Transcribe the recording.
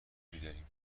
میداریم